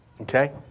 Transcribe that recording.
Okay